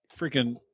Freaking